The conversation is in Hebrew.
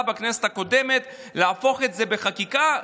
בכנסת הקודמת להפוך את זה בחקיקה,